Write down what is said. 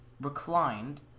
reclined